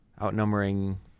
outnumbering